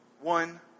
one